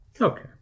Okay